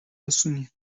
اسونیه